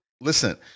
listen